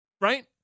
right